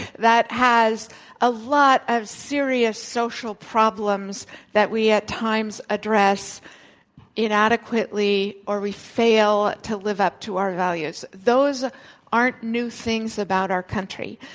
that has a lot of serious social problems that we, at times, address inadequately or we fail to live up to our values. those aren't new things about our country.